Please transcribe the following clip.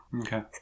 okay